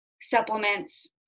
supplements